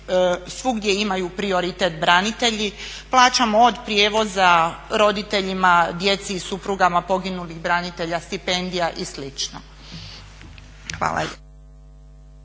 svugdje imaju prioritet branitelji. Plaćamo od prijevoza roditeljima, djeci i suprugama poginulih branitelja stipendija i slično. Hvala.